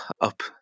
up